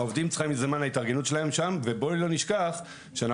העובדים צריכים זמן להתארגנות שלהם שם ובואי לא נשכח שאנחנו